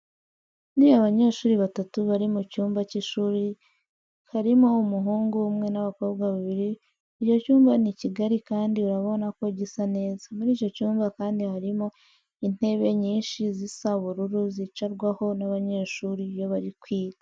Ni abanyeshuri batatu bari mu cyumba cy'ishuri karimo umuhungu umwe n'abakobwa babiri, icyo cyumba ni kigari kandi urabona ko gisa neza. Muri icyo cyumba kandi harimo intebe nyinshi zisa ubururu zicarwaho n'abanyeshuri iyo bari kwiga.